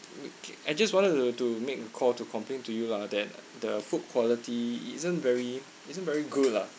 um I just wanted to to make a call to complain to you lah that the food quality isn't very isn't very good lah